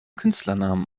künstlernamen